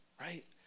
right